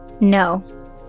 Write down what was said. No